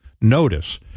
notice